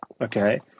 Okay